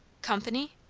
company?